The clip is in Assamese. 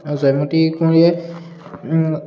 আৰু জয়মতী কোঁৱৰীয়ে